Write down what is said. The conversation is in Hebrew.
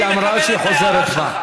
היא אמרה שהיא חוזרת בה.